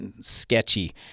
sketchy